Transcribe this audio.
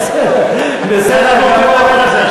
בסדר גמור.